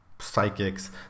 psychics